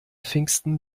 pfingsten